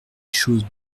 choses